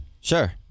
Sure